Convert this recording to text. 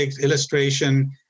illustration